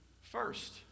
first